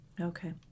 Okay